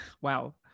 wow